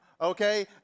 okay